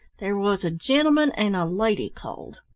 there was a gentleman and a lady called.